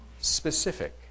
specific